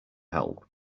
help